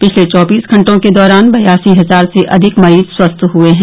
पिछले चौबीस घंटों के दौरान बयासी हजार से अधिक मरीज स्वस्थ हुए हैं